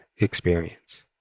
experience